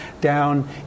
down